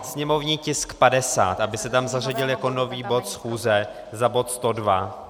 Sněmovní tisk 50, aby se tam zařadil jako nový bod schůze za bod 102.